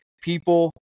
people